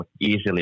easily